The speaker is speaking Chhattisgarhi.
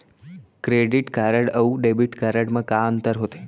क्रेडिट कारड अऊ डेबिट कारड मा का अंतर होथे?